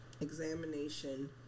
examination